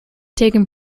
taken